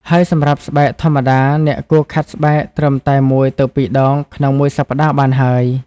ហើយសម្រាប់ស្បែកធម្មតា អ្នកគួរខាត់ស្បែកត្រឹមតែ ១ ទៅ ២ ដង ក្នុងមួយសប្ដាហ៍បានហើយ។